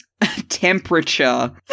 temperature